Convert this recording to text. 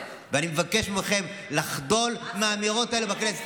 אני ביקשתי לנצל את התקנון וההזדמנות והאפשרות של שר לעלות,